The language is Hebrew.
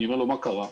אמרתי לו, מה קרה?